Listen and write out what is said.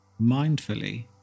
mindfully